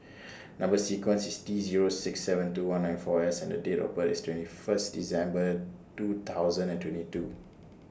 Number sequence IS T Zero six seven two one nine four S and Date of birth IS twenty First December two thousand and twenty two